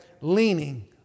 leaning